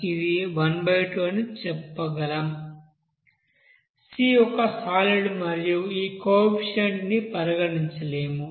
C ఒక solid మనం ఈ కోఎఫిసిఎంట్ ని పరిగణించలేము